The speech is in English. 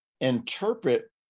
interpret